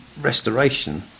restoration